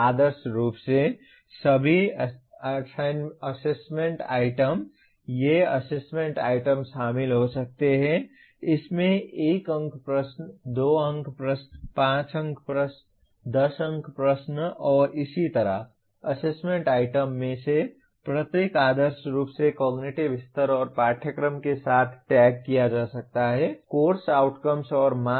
आदर्श रूप से सभी असेसमेंट आइटम ये असेसमेंट आइटम शामिल हो सकते हैं इसमें 1 अंक प्रश्न 2 अंक प्रश्न 5 अंक प्रश्न 10 अंक प्रश्न और इसी तरह असेसमेंट आइटम में से प्रत्येक आदर्श रूप से कॉग्निटिव स्तर और पाठ्यक्रम के साथ टैग किया जा सकता है कोर्स आउटकम और मार्क्स